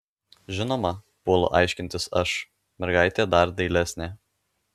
žinoma puolu aiškintis aš mergaitė dar dailesnė